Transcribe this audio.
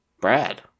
Brad